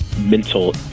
mental